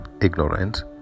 ignorance